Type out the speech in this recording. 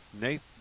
Nate